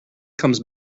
comes